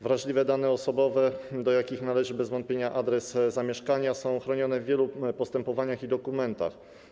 Wrażliwe dane osobowe, do jakich należy bez wątpienia adres zamieszkania, są chronione w wielu postępowaniach i dokumentach.